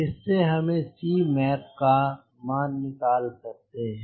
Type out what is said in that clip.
इससे हम Cmac का मान निकल सकते हैं